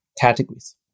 categories